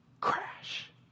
crash